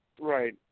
Right